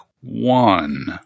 one